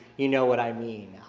you know what i mean.